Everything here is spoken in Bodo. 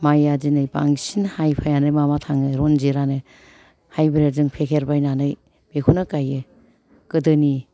माइआ दिनै बांसिन हाइ फाइआनो माबा थाङो रन्जितआनो हाइब्रेद जों पेकेट बायनानै बेखौनो गायो गोदोनि